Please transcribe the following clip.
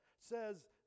says